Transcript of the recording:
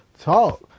talk